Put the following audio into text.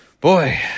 Boy